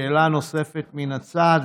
שאלה נוספת מן הצד,